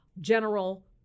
General